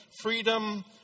freedom